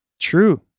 True